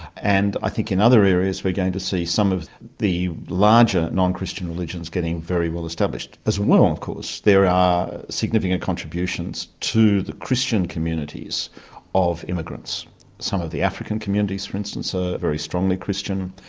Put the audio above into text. and i think in other areas we're going to see some of the larger non-christian religions getting very well established. as well, of course, there are significant contributions to the christian communities of immigrants some of the african communities, for instance, are very strongly christian,